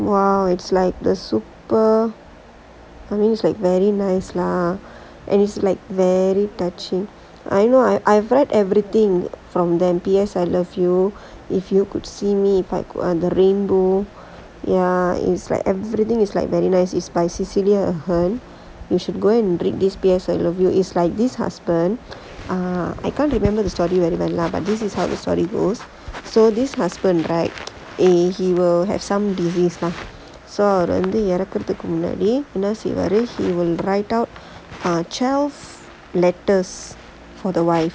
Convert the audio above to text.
!wow! it's like the super means like very nice lah and it's like very touchy I know I I've read everything from the P_S I love you if you could see me in the rainbow ya is like everything you should go and read this P_S I love you is like this husband ah I can't remember the story very well lah but this is how the story goes so this husband eh he will have some disease அவரு வந்து இறக்கறதுக்கு முன்னாடி என்ன செய்வாரு:avaru vanthu irakkarathukku munnaadi enna seivaaru he will write out ah twelve letters for the wife